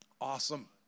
Awesome